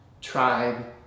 tribe